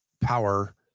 power